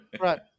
Right